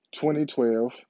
2012